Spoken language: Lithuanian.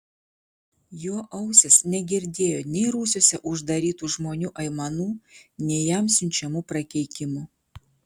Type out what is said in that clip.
jo ausys negirdėjo nei rūsiuose uždarytų žmonių aimanų nei jam siunčiamų prakeikimų